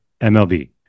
MLB